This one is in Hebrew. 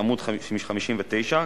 עמ' 59,